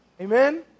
Amen